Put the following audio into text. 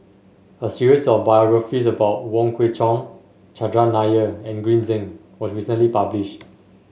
a series of biographies about Wong Kwei Cheong Chandran Nair and Green Zeng was recently published